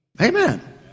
Amen